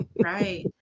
Right